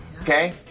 Okay